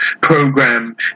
program